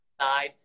side